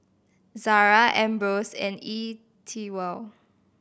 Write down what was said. Zara Ambros and E Twow